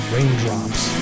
Raindrops